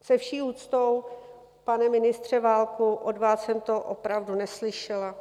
Se vší úctou, pane ministře Válku, od vás jsem to opravdu neslyšela.